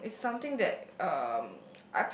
um it's something that um